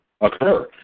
occur